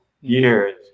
Years